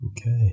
okay